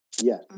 Yes